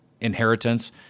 inheritance